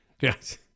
Yes